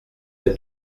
êtes